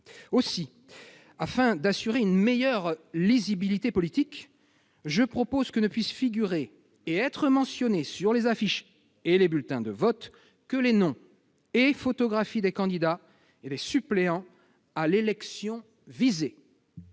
Afin d'assurer une meilleure lisibilité politique, je propose que ne puissent figurer et être mentionnés sur les affiches et les bulletins de vote que les noms et les photographies des candidats et des suppléants à l'élection visée.